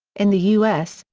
in the us,